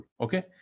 Okay